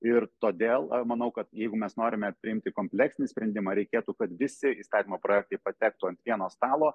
ir todėl manau kad jeigu mes norime priimti kompleksinį sprendimą reikėtų kad visi įstatymo projektai patektų ant vieno stalo